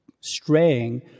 straying